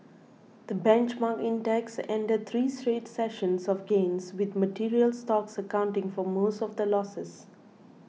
the benchmark index ended three straight sessions of gains with materials stocks accounting for most of the losses